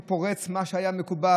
שהוא פורץ מה שהיה מקובל.